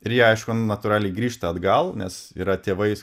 ir jie aišku natūraliai grįžta atgal nes yra tėvai